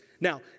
Now